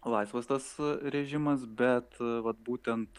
laisvas tas režimas bet vat būtent